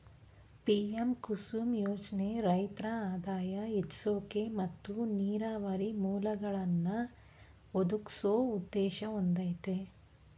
PM Kusum ಯೋಜ್ನೆ ರೈತ್ರ ಆದಾಯ ಹೆಚ್ಸೋಕೆ ಮತ್ತು ನೀರಾವರಿ ಮೂಲ್ಗಳನ್ನಾ ಒದಗ್ಸೋ ಉದ್ದೇಶ ಹೊಂದಯ್ತೆ